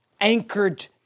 anchored